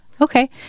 Okay